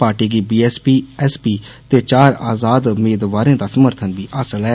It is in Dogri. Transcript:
पार्टी गी B S P S P ते चार आज़ाद मेदवारें दा समर्थन बी हासल ऐ